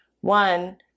One